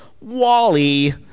Wally